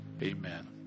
Amen